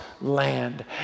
land